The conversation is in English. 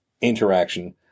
interaction